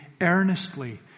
earnestly